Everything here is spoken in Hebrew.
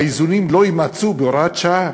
האיזונים לא יימצאו בהוראת שעה,